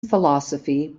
philosophy